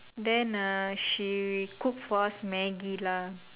then uh she cook for us Maggi lah